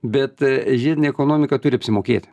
bet žiedinė ekonomika turi apsimokėti